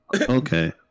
Okay